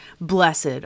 blessed